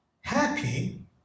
happy